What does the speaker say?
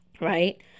right